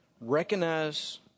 Recognize